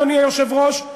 אדוני היושב-ראש,